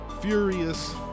furious